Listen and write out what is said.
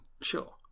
Sure